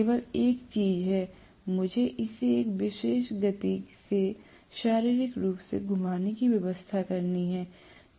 केवल एक चीज है मुझे इसे एक विशेष गति से शारीरिक रूप से घुमाने की व्यवस्था करनी है